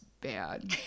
bad